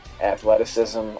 athleticism